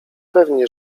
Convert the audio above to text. pewnie